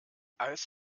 als